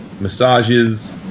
massages